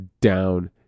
down